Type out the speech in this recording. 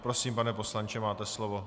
Prosím, pane poslanče, máte slovo.